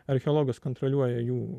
archeologas kontroliuoja jų